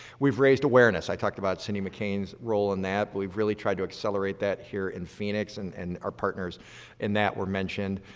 we've raised awareness. i talked about cindy mccain's role in that but we've really trying to accelerate that here in phoenix and and our partners in that were mentioned.